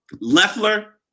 Leffler